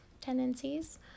tendencies